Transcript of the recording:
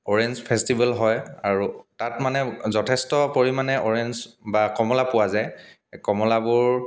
orange festival হয় আৰু তাত মানে যথেষ্ট পৰিমাণে অ'ৰেঞ্জ বা কমলা পোৱা যায় কমলাবোৰ